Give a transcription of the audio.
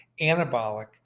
anabolic